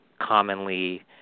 Commonly